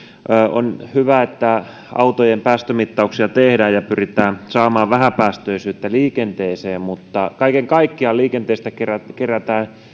on hyvä että autojen päästömittauksia tehdään ja pyritään saamaan vähäpäästöisyyttä liikenteeseen mutta kaiken kaikkiaan liikenteestä kerätään kerätään